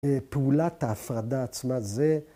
פעולת ההפרדה עצמת זה